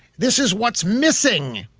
this is what's missing!